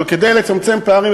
אבל כדי לצמצם פערים,